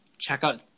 checkout